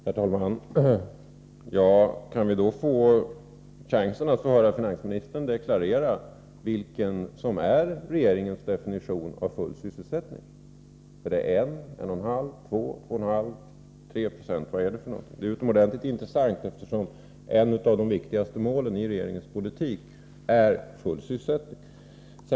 Herr talman! Kan vi då få höra finansministern deklarera vilken som är regeringens definition av full sysselsättning: 196, 1,5 90, 290, 2,5 Ze, 3 I eller vad? Det är utomordentligt intressant, eftersom ett av de viktigaste målen för regeringens politik är full sysselsättning.